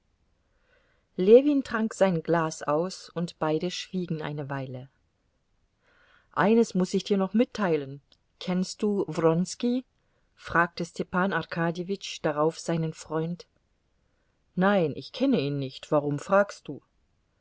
ljewin trank sein glas aus und beide schwiegen eine weile eines muß ich dir noch mitteilen kennst du wronski fragte stepan arkadjewitsch darauf seinen freund nein ich kenne ihn nicht warum fragst du